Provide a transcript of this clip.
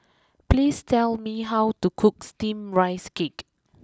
please tell me how to cook Steamed Rice Cake